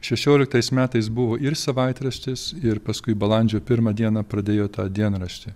šešioliktais metais buvo ir savaitraštis ir paskui balandžio pirmą dieną pradėjo tą dienraštį